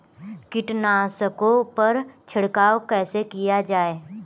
कीटनाशकों पर छिड़काव कैसे किया जाए?